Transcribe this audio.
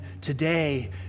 today